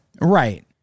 Right